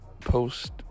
post